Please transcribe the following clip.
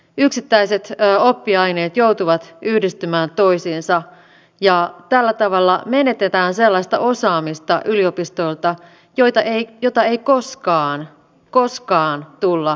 yksittäiset oppiaineet joutuvat yhdistymään toisiinsa ja tällä tavalla menetetään sellaista osaamista yliopistoilta jota ei koskaan koskaan tulla saamaan takaisin